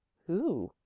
who?